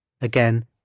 Again